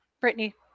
Brittany